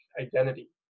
Identity